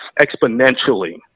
exponentially